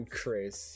Chris